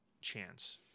chance